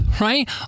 right